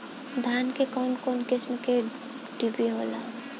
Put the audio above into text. धान में कउन कउन किस्म के डिभी होला?